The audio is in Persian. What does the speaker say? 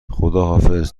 خداحافظ